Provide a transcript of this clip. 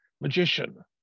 magician